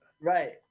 Right